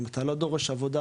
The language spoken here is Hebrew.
אם אתה לא דורש עבודה,